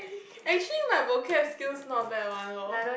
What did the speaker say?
actually my vocab skills not bad one loh